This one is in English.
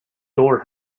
door